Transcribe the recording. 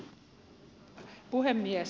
arvoisa puhemies